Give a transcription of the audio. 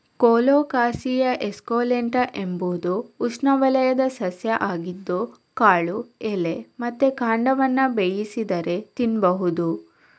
colocasia esculenta ಎಂಬುದು ಉಷ್ಣವಲಯದ ಸಸ್ಯ ಆಗಿದ್ದು ಕಾಳು, ಎಲೆ ಮತ್ತೆ ಕಾಂಡವನ್ನ ಬೇಯಿಸಿದರೆ ತಿನ್ಬಹುದು